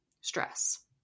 stress